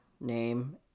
name